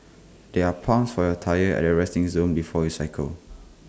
there are pumps for your tyres at the resting zone before you cycle